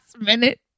minute